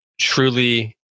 truly